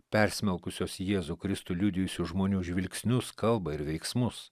persmelkusios jėzų kristų liudijusių žmonių žvilgsnius kalbą ir veiksmus